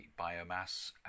biomass